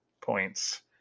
points